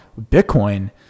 Bitcoin